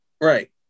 right